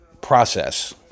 process